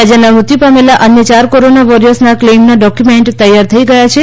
રાજ્યના મૃત્યુ પામેલા અન્ય ચાર કોરોના વોરિયર્સના ક્લેઈમના ડોકયુમેન્ટ તૈયાર થઈ ગયા છે